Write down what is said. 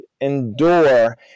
endure